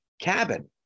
cabin